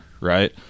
right